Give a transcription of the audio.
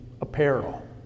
apparel